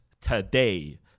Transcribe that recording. today